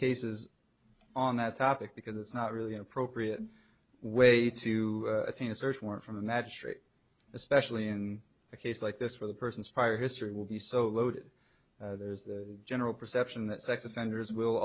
cases on that topic because it's not really an appropriate way to attain a search warrant from a magistrate especially in a case like this where the person's prior history will be so loaded there's the general perception that sex offenders will